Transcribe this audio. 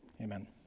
Amen